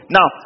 Now